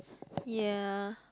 ya